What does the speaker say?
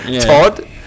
Todd